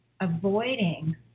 avoiding